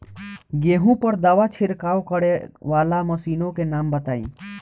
गेहूँ पर दवा छिड़काव करेवाला मशीनों के नाम बताई?